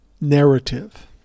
narrative